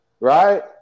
right